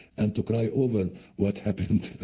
and to cry over what happened,